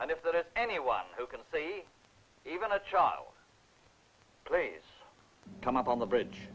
and if that is anyone who can see even a child plays come up on the bridge